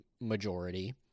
majority